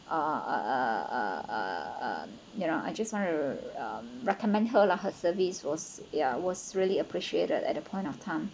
uh uh uh uh uh uh you know I just want to uh recommend her lah her service was ya was really appreciated at that point of time